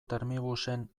termibusen